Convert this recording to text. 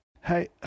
Hey